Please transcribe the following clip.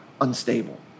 unstable